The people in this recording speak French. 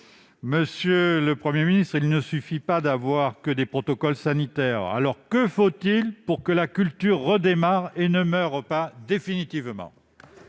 Monsieur le Premier ministre, il ne suffit pas de mettre en place des protocoles sanitaires. Que faut-il pour que la culture redémarre et ne meure pas définitivement ?